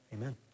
amen